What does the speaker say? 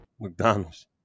McDonald's